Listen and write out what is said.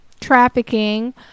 trafficking